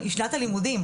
עם שנת הלימודים.